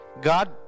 God